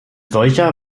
solcher